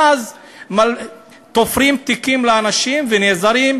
ואז תופרים תיקים לאנשים,